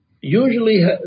usually